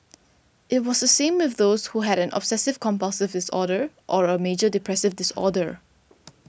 it was the same with those who had an obsessive compulsive disorder or a major depressive disorder